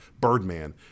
Birdman